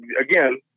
again